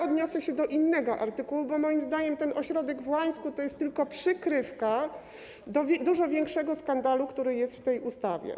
Odniosę się do innego artykułu, bo moim zdaniem ten ośrodek w Łańsku to jest tylko przykrywka dla dużo większego skandalu, który jest w tej ustawie.